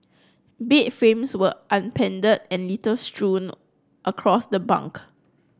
bed frames were upended and litter strewn across the bunk